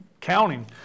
counting